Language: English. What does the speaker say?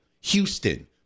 Houston